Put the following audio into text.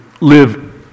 live